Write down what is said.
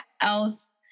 else